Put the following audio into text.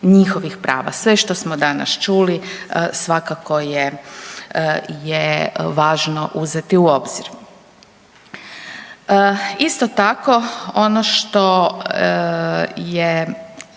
njihovih prava. Sve što smo danas čuli svakako je važno uzeti u obzir. Isto tako ono što je